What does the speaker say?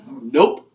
Nope